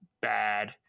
bad